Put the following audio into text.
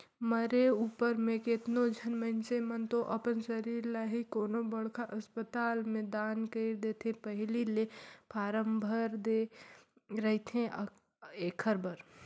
मरे उपर म केतनो झन मइनसे मन तो अपन सरीर ल ही कोनो बड़खा असपताल में दान कइर देथे पहिली ले फारम भर दे रहिथे एखर बर